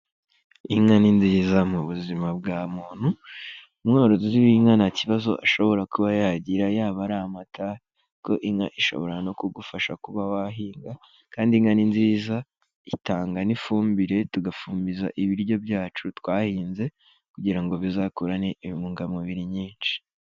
Inka ni nziza mu buzima bwa muntu, umworozi w'inka nta kibazo ashobora kuba yagira yaba ari amata, kuko inka ishobora no kugufasha kuba wahinga, kandi inka ni nziza itanga n'ifumbire tugafumbiza ibiryo byacu twahinze, kugira ngo bizakurane intungamubiri nyinshi.